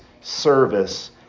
service